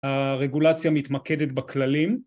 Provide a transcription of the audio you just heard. הרגולציה מתמקדת בכללים